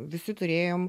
visi turėjom